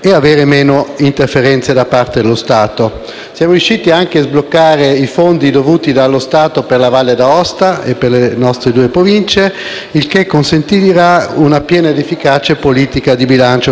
e meno interferenze da parte dello Stato. Siamo riusciti anche a sbloccare i fondi dovuti dallo Stato per la Valle d'Aosta e per le nostre due Province, il che consentirà una piena ed efficace politica di bilancio per i